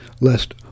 lest